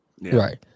Right